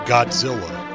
Godzilla